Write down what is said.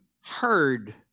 heard